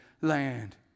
land